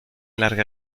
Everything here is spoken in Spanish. larga